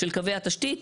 של קווי התשתית,